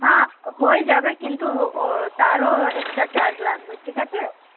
হ্যাঁ হয়ে যাবে কিন্তু ও তারও এক্সট্রা চার্জ লাগবে ঠিক আছে